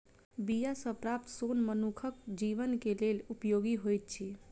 बीया सॅ प्राप्त सोन मनुखक जीवन के लेल उपयोगी होइत अछि